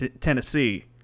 Tennessee